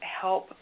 help